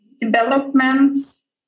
developments